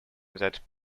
that